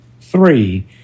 three